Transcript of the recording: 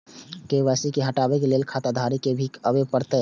KYC हटाबै के लैल खाता धारी के भी आबे परतै?